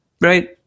right